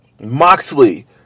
Moxley